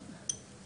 אותי.